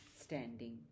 standing